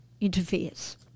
interferes